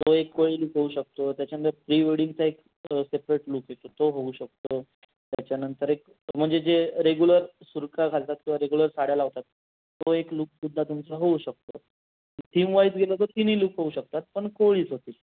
तो एक कोळी लूक होऊ शकतो त्याच्यानंतर प्रि वेडिंगचा एक सेपरेट लूक येतो तो होऊ शकतो त्याच्यानंतर एक म्हणजे जे रेग्युलर सुरखा घालतात किंवा रेग्युलर साड्या लावतात तो एक लूक तुमचा तुमचा होऊ शकतो थीम वाईज गेलं तर तिन्ही लूक होऊ शकतात पण कोळीच होतील